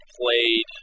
played